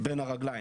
בין הרגליים.